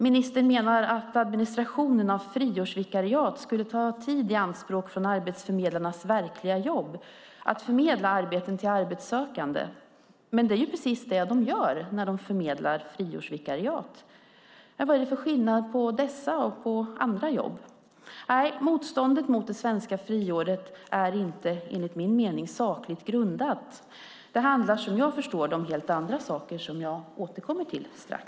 Ministern menar att administrationen av friårsvikariat skulle ta tid i anspråk från arbetsförmedlarnas verkliga jobb, som är att förmedla arbeten till arbetssökande. Men det är ju precis det de gör när de förmedlar friårsvikariat. Vad är det för skillnad på dessa och andra jobb? Nej, motståndet mot det svenska friåret är enligt min mening inte sakligt grundat. Det handlar som jag förstår det om helt andra saker, vilka jag återkommer till strax.